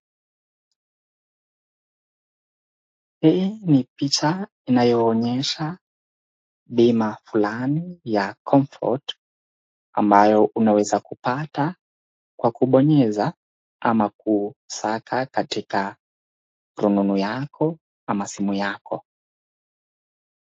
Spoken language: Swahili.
Hii ni picha inayoonyesha bima fulani, ya comfort , ambayo unaweza kupata kwa kubonyeza ama kusaka katika rununu yako ama simu yako.